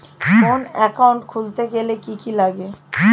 কোন একাউন্ট খুলতে গেলে কি কি লাগে?